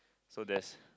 so there's